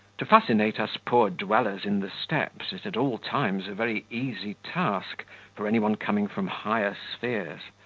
to fascinate us poor dwellers in the steppes is at all times a very easy task for any one coming from higher spheres.